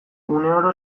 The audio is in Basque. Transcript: uneoro